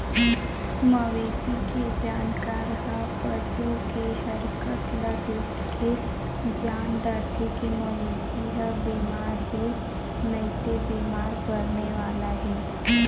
मवेशी के जानकार ह पसू के हरकत ल देखके जान डारथे के मवेशी ह बेमार हे नइते बेमार परने वाला हे